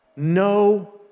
No